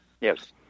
Yes